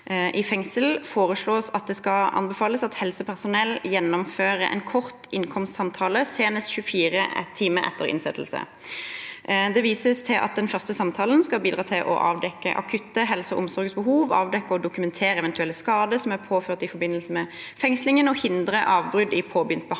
i fengsel foreslår at det skal anbefales at helsepersonell gjennomfører en kort innkomstsamtale senest 24 timer etter innsettelse. Det vises til at den første samtalen skal bidra til å avdekke akutte helse- og omsorgsbehov, avdekke og dokumentere eventuelle skader som er påført i forbindelse med fengslingen, og hindre avbrudd i påbegynt behandling.